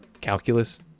calculus